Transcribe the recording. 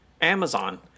Amazon